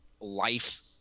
life